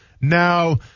Now